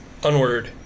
Unword